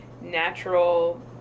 natural